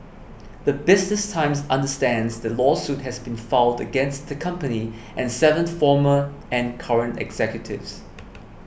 the Business Times understands the lawsuit has been filed against the company and seven former and current executives